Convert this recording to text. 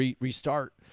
restart